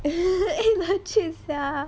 eh legit